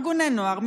ארגוני נוער,